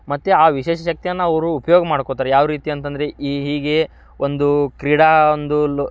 ಮತ್ತು ಆ ವಿಶೇಷ ಶಕ್ತಿಯನ್ನು ಅವರು ಉಪ್ಯೋಗ ಮಾಡ್ಕೋತಾರೆ ಯಾವ ರೀತಿ ಅಂತ ಅಂದರೆ ಈ ಹೀಗೆ ಒಂದು ಕ್ರೀಡಾ ಒಂದು ಲ